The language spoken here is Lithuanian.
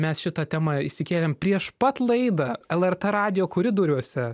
mes šitą temą išsikėlėm prieš pat laidą el er tė radijo koridoriuose